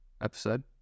episode